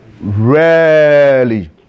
rarely